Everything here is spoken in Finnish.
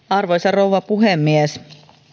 arvoisa rouva puhemies